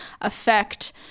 affect